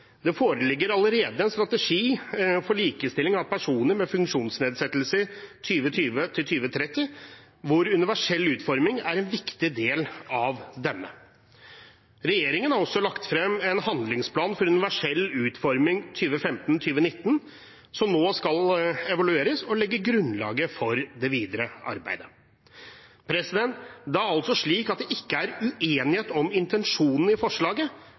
Det foreligger allerede en strategi for likestilling av personer med funksjonsnedsettelser for perioden 2020–2030, hvor universell utforming er en viktig del. Regjeringen har også lagt frem en handlingsplan for universell utforming 2015–2019, som nå skal evalueres og legge grunnlaget for det videre arbeidet. Det er altså ikke uenighet om intensjonene i forslaget,